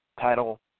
title